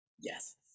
Yes